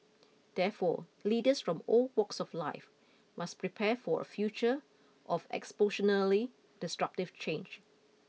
therefore leaders from all walks of life must prepare for a future of disruptive change